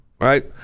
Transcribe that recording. right